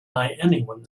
anyone